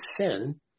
sin